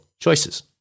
choices